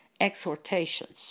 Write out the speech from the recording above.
Exhortations